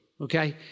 okay